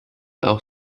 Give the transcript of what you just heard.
auch